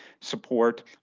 support